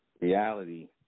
reality